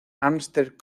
amherst